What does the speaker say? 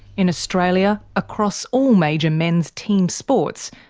in australia, across all major men's team sports,